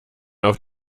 auf